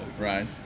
right